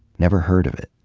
never heard of it.